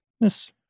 miss